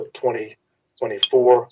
2024